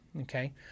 Okay